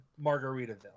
Margaritaville